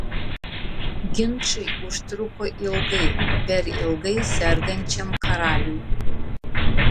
ginčai užtruko ilgai per ilgai sergančiam karaliui